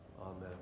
Amen